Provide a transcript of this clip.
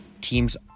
teams